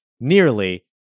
nearly